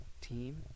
team